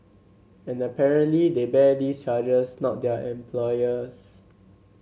and apparently they bear these charges not their employers